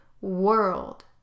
world